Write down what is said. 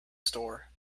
store